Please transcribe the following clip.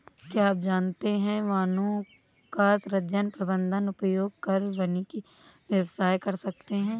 क्या आप जानते है वनों का सृजन, प्रबन्धन, उपयोग कर वानिकी व्यवसाय कर सकते है?